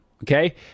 Okay